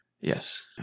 yes